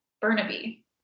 burnaby